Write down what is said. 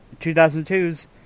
2002's